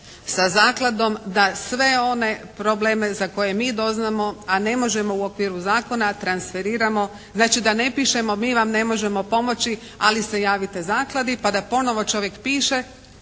sa zakladom da sve one probleme za koje mi doznamo a ne možemo u okviru zakona transferiramo. Znači da ne pišemo mi vam ne možemo pomoći, ali se javite Zakladi pa da ponovo čovjek piše